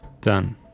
Done